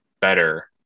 better